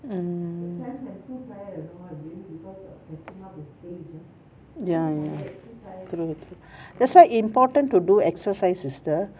mm ya ya true true that's why important to do exercise sister